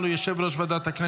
20 בעד, אחד מתנגד.